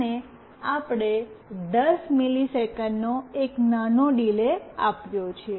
અને આપણે 10 મિલિસેકંડનો એક નાનો ડીલે આપ્યો છે